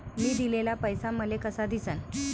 मी दिलेला पैसा मले कसा दिसन?